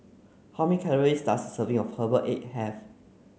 how many calories does serving of Herbal Egg have